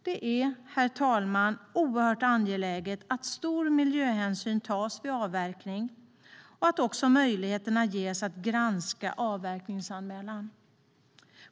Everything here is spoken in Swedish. Det är, herr talman, oerhört angeläget att stor miljöhänsyn tas vid avverkning och att också möjligheter ges att granska avverkningsanmälan.